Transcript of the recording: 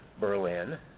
Berlin